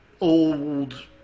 old